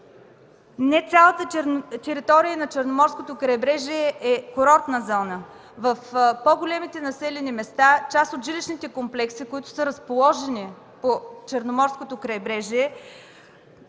Не цялата територия на Черноморското крайбрежие е курортна зона. В по-големите населени места част от жилищните комплекси, разположени по Черноморското крайбрежие